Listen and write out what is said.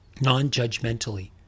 non-judgmentally